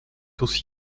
aussi